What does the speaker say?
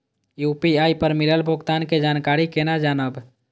UPI पर मिलल भुगतान के जानकारी केना जानब?